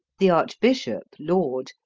the archbishop, laud,